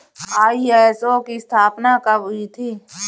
ISO की स्थापना कब हुई थी?